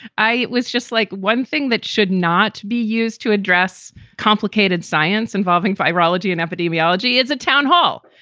i was just like one thing that should not be used to address complicated science involving virology and epidemiology. it's a town hall.